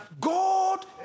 God